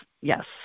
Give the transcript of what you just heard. yes